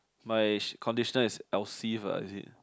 my conditioner is Elseve ah is it